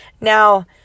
Now